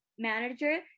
manager